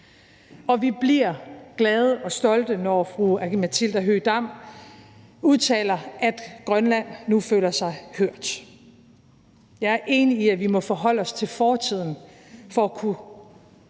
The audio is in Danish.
Og vi bliver glade og stolte, når fru Aki-Matilda Høegh-Dam udtaler, at Grønland nu føler sig hørt. Jeg er enig i, at vi må forholde os til fortiden for sammen